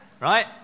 right